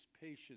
patience